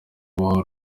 kuba